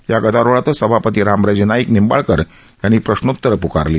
या गदारोळातच सभापती रामराजे नाईक निंबाळकर यांनी प्रश्नोतरं पुकारली